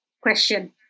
question